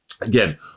Again